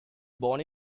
born